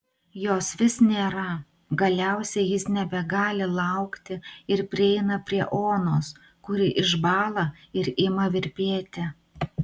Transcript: jos vis nėra galiausiai jis nebegali laukti ir prieina prie onos kuri išbąla ir ima virpėti